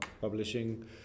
publishing